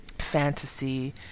fantasy